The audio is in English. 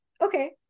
okay